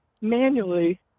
manually